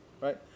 Right